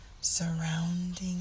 surrounding